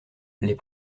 les